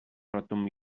retomb